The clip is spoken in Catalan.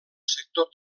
sector